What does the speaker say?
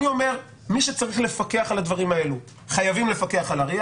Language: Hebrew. אני אומר שמי שצריך לפקח על הדברים האלה חייבים לפקח על ה-RIA